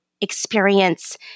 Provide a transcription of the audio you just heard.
experience